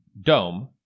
Dome